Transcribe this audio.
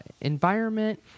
environment